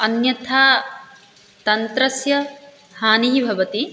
अन्यथा तन्त्रस्य हानिः भवति